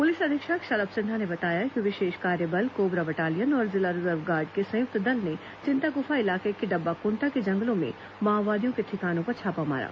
police अधीक्षक शलभ सिन्हा ने बताया कि विशेष कार्यबल कोबरा बटालियन और जिला रिजर्व गार्ड के संयुक्त दल ने चिंतागफा इलाके के डब्बाकोंटा के जंगलों में माओवादियों के ठिकाने पर छापा मारा